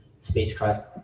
spacecraft